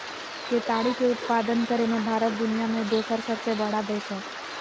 केताड़ी के उत्पादन करे मे भारत दुनिया मे दोसर सबसे बड़ा देश हय